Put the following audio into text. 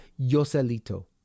Yoselito